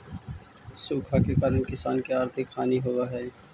सूखा के कारण किसान के आर्थिक हानि होवऽ हइ